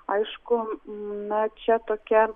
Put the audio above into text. aišku na čia tokia